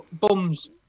bums